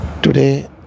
Today